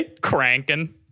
cranking